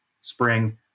spring